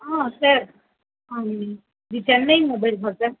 ஆ sir ஆ ம் the Chennai மொபைல்ஸா சார்